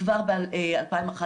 כבר ב-2011